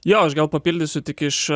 jo aš gal papildysiu tik iš